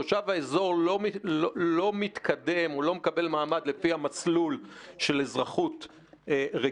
תושב אזור לא מתקדם או לא מקבל מעמד לפי המסלול של אזרחות רגילה.